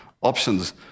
options